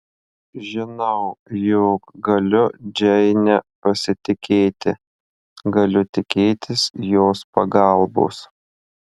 žinau jog galiu džeine pasitikėti galiu tikėtis jos pagalbos